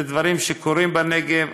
אלה זה דברים שקורים בנגב,